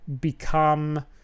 become